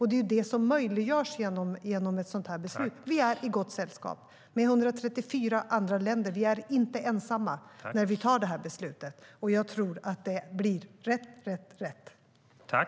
Det är ju det som möjliggörs genom detta beslut. Vi är i gott sällskap med 134 andra länder. Vi är inte ensamma när vi fattar det här beslutet. Och jag tror att det blir rätt, rätt, rätt.